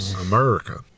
America